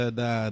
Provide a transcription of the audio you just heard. da